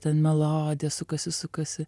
ten melodija sukasi sukasi